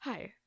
Hi